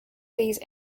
these